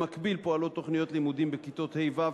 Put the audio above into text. במקביל פועלות תוכניות לימודים בכיתות ה'-ו',